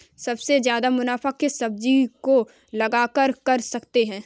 सबसे ज्यादा मुनाफा किस सब्जी को उगाकर कर सकते हैं?